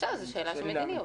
זו שאלה של מדיניות.